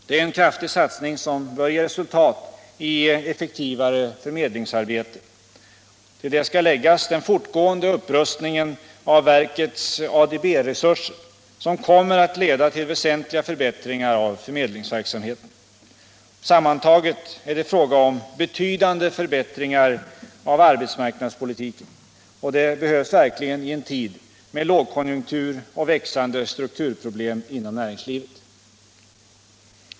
Det är en kraftig satsning som bör ge resultat i ett effektivare förmedlingsarbete. Till det skall läggas den fortgående upprustningen av verkets ADB-resurser, som kommer att leda till väsentliga förbättringar av förmedlingsverksamheten. Sammantaget är det fråga om betydande förbättringar av arbetsmarknadspolitiken, och det behövs verkligen i en tid med lågkonjunktur och växande strukturproblem inom näringslivet.